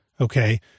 okay